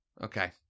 Okay